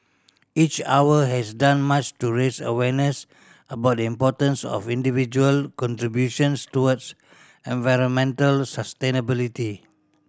each Hour has done much to raise awareness about the importance of individual contributions towards environmental sustainability